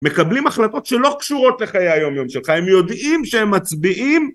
מקבלים החלטות שלא קשורות לחיי היום יום שלך הם יודעים שהם מצביעים